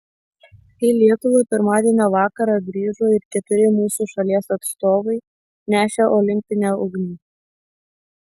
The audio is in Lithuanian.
į lietuvą pirmadienio vakarą grįžo ir keturi mūsų šalies atstovai nešę olimpinę ugnį